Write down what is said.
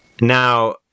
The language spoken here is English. Now